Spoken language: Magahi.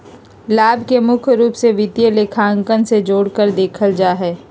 लाभ के मुख्य रूप से वित्तीय लेखांकन से जोडकर देखल जा हई